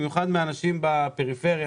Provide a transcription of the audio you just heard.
במיוחד באנשים בפריפריה.